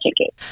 ticket